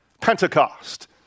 Pentecost